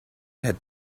had